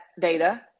data